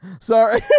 Sorry